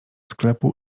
sklepu